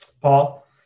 Paul